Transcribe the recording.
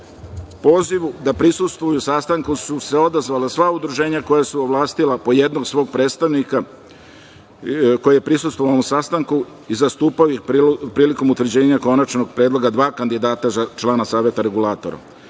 Poziv da prisustvuju sastanku su se odazvala sva udruženja koja su ovlastila po jednog svog predstavnika koji je prisustvovao ovom sastanku i zastupao ih prilikom utvrđenja konačnog predloga dva kandidata za člana Saveta REM.Posebno